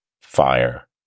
fire